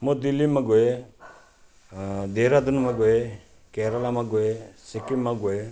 म दिल्लीमा गएँ देहरादूनमा गएँ केरलामा गएँ सिक्किममा गएँ